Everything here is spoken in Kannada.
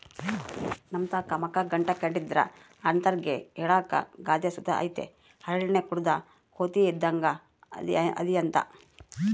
ನಮ್ತಾಕ ಮಕ ಗಂಟಾಕ್ಕೆಂಡಿದ್ರ ಅಂತರ್ಗೆ ಹೇಳಾಕ ಗಾದೆ ಸುತ ಐತೆ ಹರಳೆಣ್ಣೆ ಕುಡುದ್ ಕೋತಿ ಇದ್ದಂಗ್ ಅದಿಯಂತ